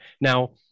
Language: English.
Now